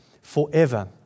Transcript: forever